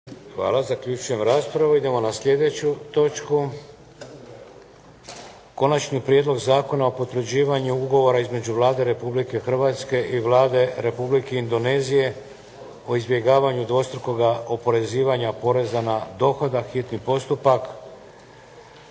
**Šeks, Vladimir (HDZ)** Idemo na sljedeću točku - Prijedlog zakona o potvrđivanju Ugovora između Vlade Republike Hrvatske i Vlade Republike Indonezije o izbjegavanju dvostrukog oporezivanja poreza na dohodak, s